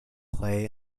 play